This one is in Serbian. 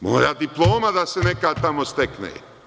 Mora diploma da se neka tamo stekne.